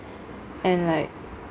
and like